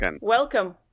Welcome